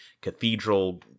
cathedral